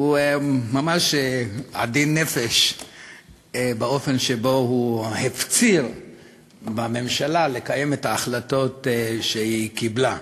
והוא ממש היה עדין נפש באופן שהפציר בממשלה לקיים את ההחלטות שקיבלה.